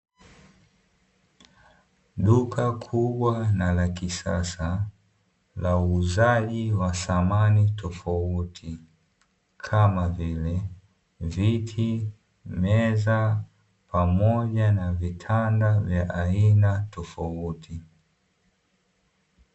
Duka kubwa na la kisasa la uuzaji wa samani tofauti kama vile viti, meza pamoja na vitanda vya aina tofauti.